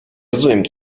rozumiem